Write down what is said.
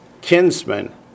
kinsman